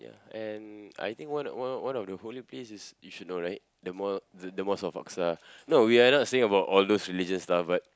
ya and I think one one one of the holy place you should know right the mo~ the mosque of Aqsa no we are not saying about all those religious stuff but